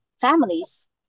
families